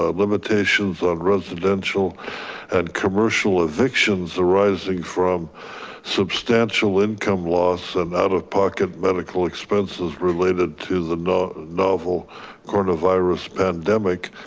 ah limitations on residential and commercial evictions arising from substantial income loss and out of pocket medical expenses related to the novel novel coronavirus pandemic.